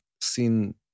seen